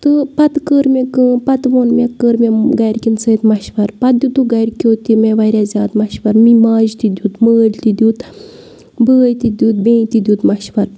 تہٕ پَتہٕ کٔر مےٚ کٲم پَتہٕ ووٚن مےٚ کٔر مےٚ گَھرِکیٚن سۭتۍ مَشوَر پَتہٕ دِتُکھ گَھرِکیٚو تہِ مےٚ واریاہ زیادٕ مَشوَر ماجہِ تہِ دیُت مٲلۍ تہِ دیُت بٲے تہِ دیُت بیٚنہِ تہِ دیُت مَشوَر